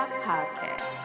podcast